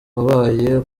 wabaye